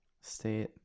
state